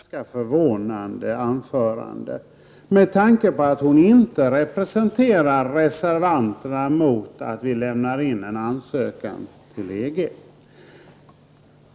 Herr talman! Det var ett förvånande anförande med tanke på att Birgitta Hambraeus inte representerar reservanterna mot att det lämnas in en ansökan till EG.